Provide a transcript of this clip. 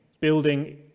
building